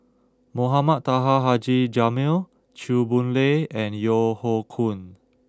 Mohamed Taha Haji Jamil Chew Boon Lay and Yeo Hoe Koon